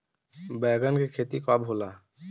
बैंगन के खेती कब होला?